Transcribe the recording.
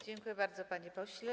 Dziękuję bardzo, panie pośle.